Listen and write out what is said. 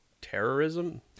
terrorism